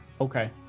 okay